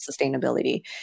sustainability